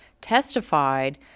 testified